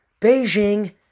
Beijing